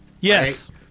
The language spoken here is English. Yes